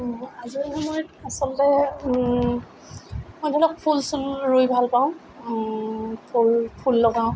আজৰি সময়ত আচলতে মই ধৰি লওক ফুল চুল ৰুই ভাল পাওঁ ফুল ফুল লগাওঁ